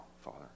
father